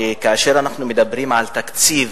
שכאשר אנחנו מדברים על התקציב,